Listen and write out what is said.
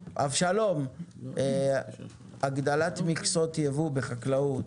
אבשלום, הגדלת מכסות ייבוא בחקלאות